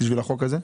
בשביל החוק הזה?